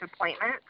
appointment